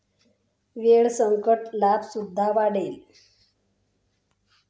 वेळेसकट लाभ सुद्धा वाढेल